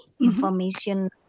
Information